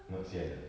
not sian ah